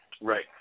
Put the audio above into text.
Right